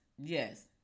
yes